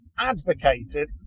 advocated